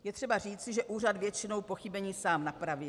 Je třeba říci, že úřad většinou pochybení sám napravil.